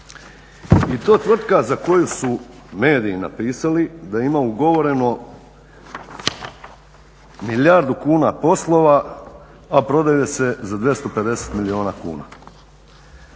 i ta tvrtka za koju su mediji napisali da ima ugovoreno milijardu kuna poslova, a prodaje se za 250 milijuna kuna.